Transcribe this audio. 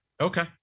Okay